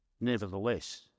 nevertheless